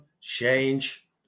change